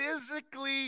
physically